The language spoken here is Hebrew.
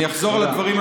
אני אחזור על הדברים,